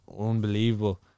unbelievable